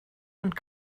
und